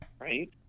right